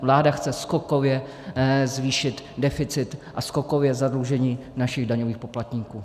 Vláda chce skokově zvýšit deficit a skokově zadlužení našich daňových poplatníků.